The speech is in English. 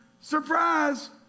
surprise